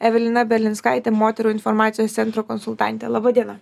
evelina belinskaitė moterų informacijos centro konsultante laba diena